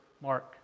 Mark